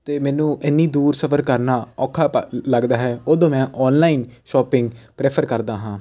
ਅਤੇ ਮੈਨੂੰ ਇੰਨੀ ਦੂਰ ਸਫਰ ਕਰਨਾ ਔਖਾ ਲੱਗਦਾ ਹੈ ਉਦੋਂ ਮੈਂ ਓਨਲਾਈਨ ਸ਼ੋਪਿੰਗ ਪ੍ਰੈਫਰ ਕਰਦਾ ਹਾਂ